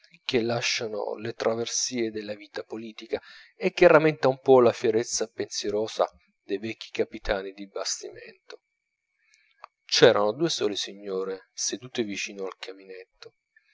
che lasciano le traversie della vita politica e che rammenta un po la fierezza pensierosa dei vecchi capitani di bastimento c'erano due sole signore sedute vicino al camminetto